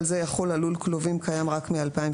כל זה יחול על לול כלובים קיים רק מ-2037,